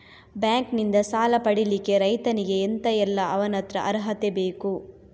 Bank ನಿಂದ ಸಾಲ ಪಡಿಲಿಕ್ಕೆ ರೈತನಿಗೆ ಎಂತ ಎಲ್ಲಾ ಅವನತ್ರ ಅರ್ಹತೆ ಬೇಕು?